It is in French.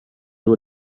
lois